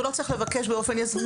הוא לא צריך לבקש באופן יזום,